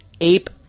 ape